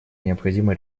необходимо